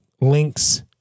links